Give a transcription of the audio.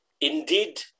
indeed